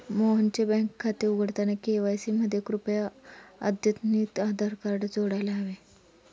मोहनचे बँक खाते उघडताना के.वाय.सी मध्ये कृपया अद्यतनितआधार कार्ड जोडायला हवे